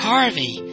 Harvey